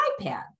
iPad